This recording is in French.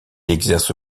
exerce